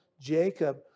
Jacob